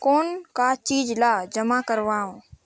कौन का चीज ला जमा करवाओ?